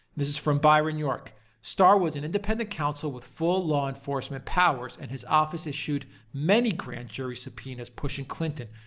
this is from byron york starr was an independent counsel with full law enforcement powers, and his office issued many grand jury subpoenas pushing clinton,